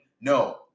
No